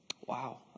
Wow